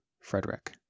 Frederick